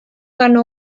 ganó